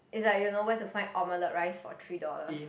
is like you know where to find omelette rice for three dollars